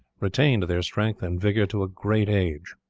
retained their strength and vigour to a great age.